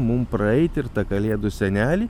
mum praeiti ir tą kalėdų senelį